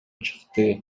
чыкты